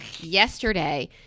Yesterday